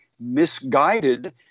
misguided